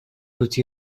utzi